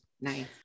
nice